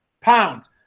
pounds